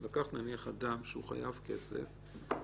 נניח אדם שחייב כסף,